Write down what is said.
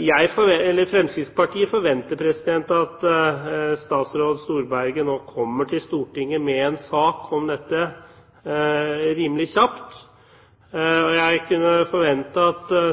jeg kunne forvente at